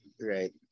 right